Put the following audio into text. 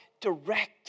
direct